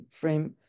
frame